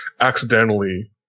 accidentally